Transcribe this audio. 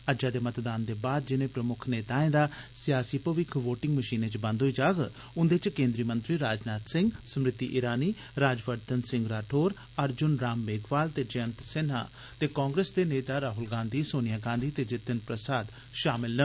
अज्जै दे मतदान दे बाद जिने प्रमुक्ख नेताएं दा सियासी भविक्ख वोटिंग मशीनें च बंद होई जाग उन्दे च केन्द्री मंत्री राजनाथ सिंह स्मृति इरानी राज्यवर्धन सिंह राठोर अर्जुन राम मेघवाल ते जयंत सिन्हा ते कांग्रेस पार्टी दे नेता राहुल गांधी सोनिया गांधी ते जितिन प्रसाद शामल न